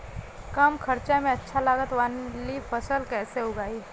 कम खर्चा में अच्छा लागत वाली फसल कैसे उगाई?